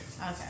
Okay